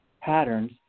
patterns